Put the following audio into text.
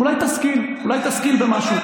אולי תשכיל במשהו?